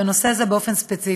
ובנושא זה ספציפית.